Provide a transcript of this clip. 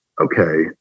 okay